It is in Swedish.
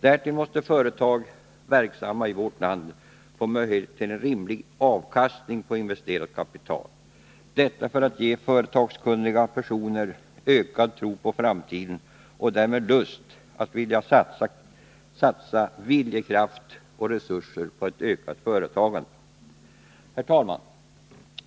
Därtill måste företag verksamma i vårt land få möjlighet till en rimlig avkastning på investerat kapital, detta för att ge företagskunniga personer ökad tro på framtiden och därmed lust att satsa viljekraft och resurser på ett ökat företagande. Herr talman!